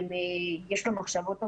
יש לו מחשבות אובדניות,